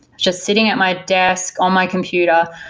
just sitting at my desk, on my computer,